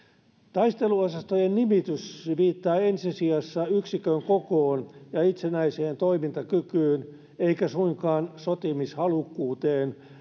taisteluosastojen nimitys viittaa ensi sijassa yksikön kokoon ja itsenäiseen toimintakykyyn eikä suinkaan sotimishalukkuuteen